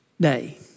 day